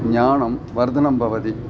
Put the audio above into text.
ज्ञानवर्धनं भवति